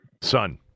Son